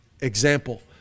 example